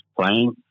playing